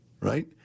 Right